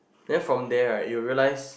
then from there right you will realise